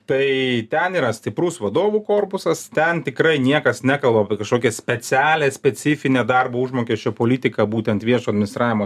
tai ten yra stiprus vadovų korpusas ten tikrai niekas nekalba apie kažkokią specialią specifinę darbo užmokesčio politiką būtent viešo administravimo